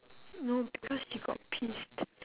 no because he got pissed